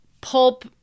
pulp